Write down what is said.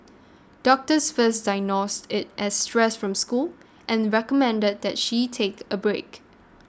doctors first diagnosed it as stress from school and recommended that she take a break